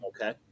Okay